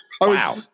Wow